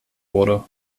wurde